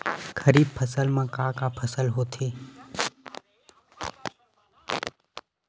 खरीफ फसल मा का का फसल होथे?